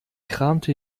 kramte